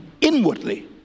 inwardly